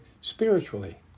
spiritually